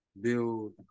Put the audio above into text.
build